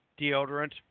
deodorant